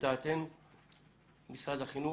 משרד החינוך,